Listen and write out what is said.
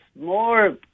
more